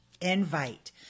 invite